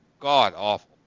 god-awful